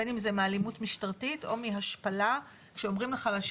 בין אם זה מאלימות משטרתית או מהשפלה כשאומרים לך להשאיר